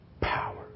power